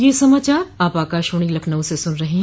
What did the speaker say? ब्रे क यह समाचार आप आकाशवाणी लखनऊ से सुन रहे हैं